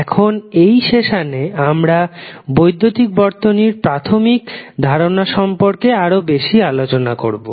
এখন এই সেশনে আমরা বৈদ্যুতিক বর্তনীর প্রাথমিক ধারণা সম্পর্কে আরও বেশি আলোচনা করবো